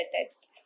text